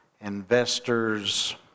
Investors